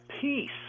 peace